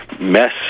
mess